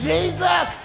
Jesus